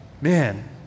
man